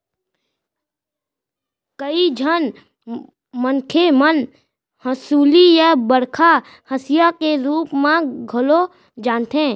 कइ झन मनसे मन हंसुली ल बड़का हँसिया के रूप म घलौ जानथें